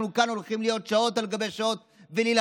אנחנו כאן הולכים להיות שעות על גבי שעות ולהילחם,